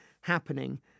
happening